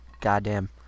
goddamn